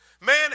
Man